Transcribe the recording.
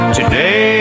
today